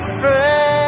friend